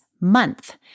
month